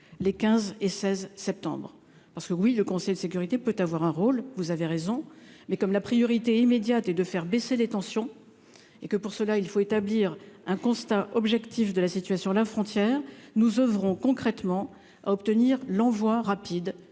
les 15 et 16 septembre parce que oui, le Conseil de sécurité peut avoir un rôle, vous avez raison, mais comme la priorité immédiate est de faire baisser les tensions et que pour cela il faut établir un constat objectif de la situation, la frontière nous oeuvrons concrètement à obtenir l'envoi rapide